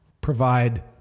provide